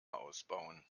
ausbauen